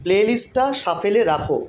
play লিস্টটা শাফেলে রাখো